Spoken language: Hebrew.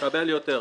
נקבל יותר.